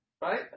Right